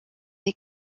est